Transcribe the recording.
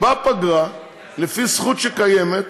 בפגרה לפי זכות שקיימת,